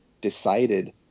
decided